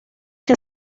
que